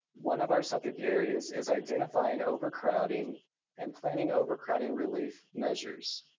one of our subject areas is identifying overcrowding and planning overcrowding relief measures.